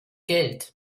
geld